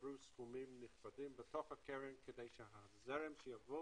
סכומים נכבדים בתוך הקרן כדי שהזרם שיבוא